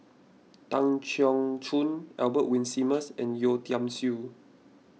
Tan Keong Choon Albert Winsemius and Yeo Tiam Siew